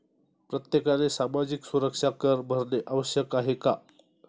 प्रत्येकाने सामाजिक सुरक्षा कर भरणे आवश्यक आहे का?